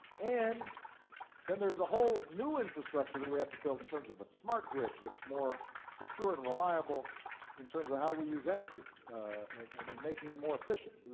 and then there's a whole new infrastructure that we have to build in terms of a smart grid that's more secure and reliable in terms of how we use energy and and making it more efficient.